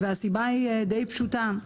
והסיבה היא די פשוטה,